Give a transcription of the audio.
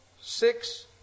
Six